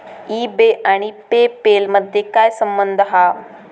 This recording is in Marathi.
ई बे आणि पे पेल मधे काय संबंध हा?